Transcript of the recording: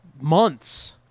months